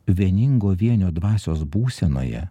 vieningo vienio dvasios būsenoje